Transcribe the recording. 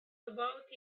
about